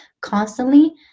constantly